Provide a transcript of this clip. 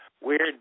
weird